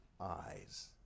eyes